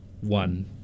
one